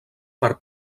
per